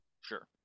Sure